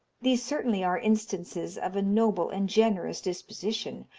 these certainly are instances of a noble and generous disposition,